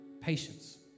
patience